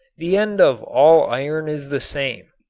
the end of all iron is the same.